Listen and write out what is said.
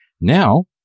now